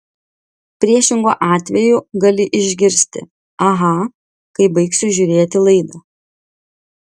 priešingu atveju gali išgirsti aha kai baigsiu žiūrėti laidą